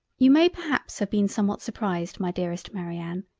you may perhaps have been somewhat surprised my dearest marianne,